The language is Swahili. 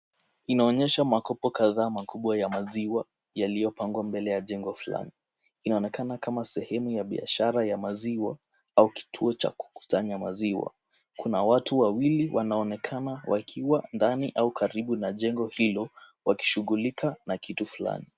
Inaonyesha makopo kadhaa makubwa ya maziwa yaliopangwa mbele ya jengo fulani. Inaonekana kama sehemu ya biashara ya maziwa au kituo cha kukusanya maziwa. Kuna watu wawili wanaonekana wakiwa ndani au karibu na jengo hilo wakishughulika na kitu fulani.